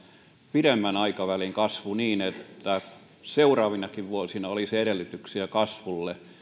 pidemmän aikavälin kasvu niin että seuraavinakin vuosina olisi edellytyksiä kasvulle